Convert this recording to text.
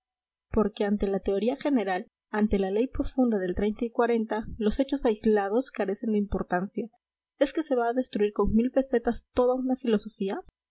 porque ante la teoría general ante la ley profunda del treinta y cuarenta los hechos aislados carecen de importancia es que se va a destruir con pesetas toda una filosofía